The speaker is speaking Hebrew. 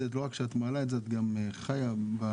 ולא רק שאת מעלה את זה את גם חיה בעוטף,